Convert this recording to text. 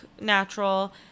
natural